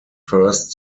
first